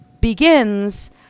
begins